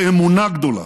באמונה גדולה,